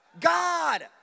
God